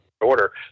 order